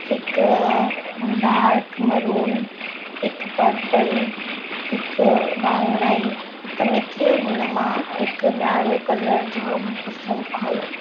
हिकु dark maroon हिकु purple हिकु वाङणाई त मूंखे हुन मां हिकु ॻाढ़ो कलर जामु पसंदि आओ